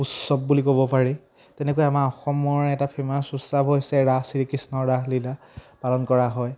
উৎসৱ বুলি ক'ব পাৰি তেনেকৈ আমাৰ অসমৰ এটা ফেমাছ উৎসৱ হৈছে ৰাস শ্ৰীকৃষ্ণৰ ৰাসলীলা পালন কৰা হয়